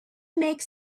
makes